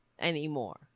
anymore